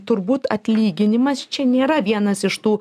turbūt atlyginimas čia nėra vienas iš tų